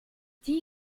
die